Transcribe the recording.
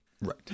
Right